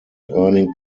earning